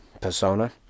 persona